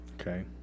Okay